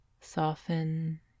soften